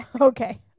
okay